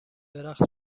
برقص